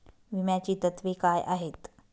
विम्याची तत्वे काय आहेत?